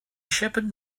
shepherd